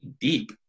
deep